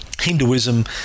Hinduism